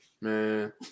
Man